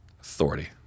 authority